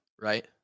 right